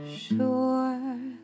sure